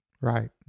Right